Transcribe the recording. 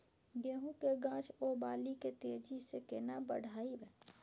गेहूं के गाछ ओ बाली के तेजी से केना बढ़ाइब?